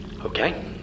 Okay